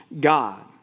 God